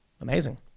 Amazing